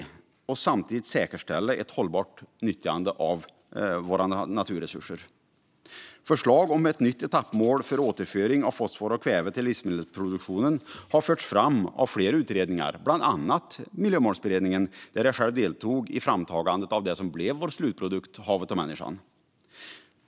Samtidigt gäller det att säkerställa ett hållbart nyttjande av våra naturresurser. Förslag om ett nytt etappmål för återföring av fosfor och kväve till livsmedelsproduktionen har förts fram av flera utredningar, bland annat Miljömålsberedningen där jag själv deltog i framtagandet av det som blev vår slutprodukt, Havet och människan .